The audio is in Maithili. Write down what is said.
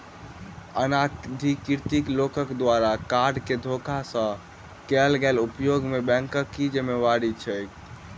अनाधिकृत लोकक द्वारा कार्ड केँ धोखा सँ कैल गेल उपयोग मे बैंकक की जिम्मेवारी छैक?